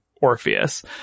Orpheus